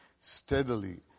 steadily